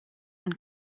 und